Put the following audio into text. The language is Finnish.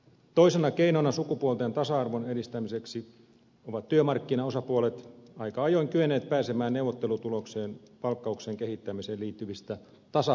toisena keinona sukupuolten tasa arvon edistämiseksi ovat työmarkkinaosapuolet aika ajoin kyenneet pääsemään neuvottelutulokseen palkkauksen kehittämiseen liittyvistä tasa arvoeristä